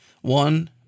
one